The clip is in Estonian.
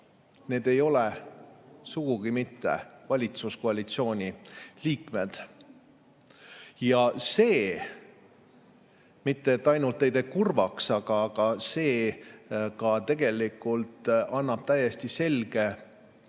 Need ei ole sugugi mitte valitsuskoalitsiooni liikmed. Ja see mitte ainult ei tee kurvaks, vaid see ka tegelikult annab täiesti selge